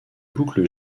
boucle